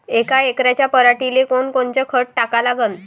यका एकराच्या पराटीले कोनकोनचं खत टाका लागन?